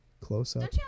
close-up